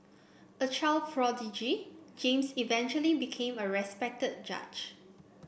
a child prodigy James eventually became a respected judge